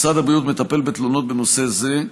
משרד הבריאות מטפל בתלונות בנושא זה,